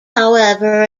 however